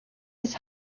his